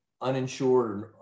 uninsured